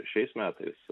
šiais metais